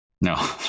No